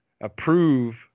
approve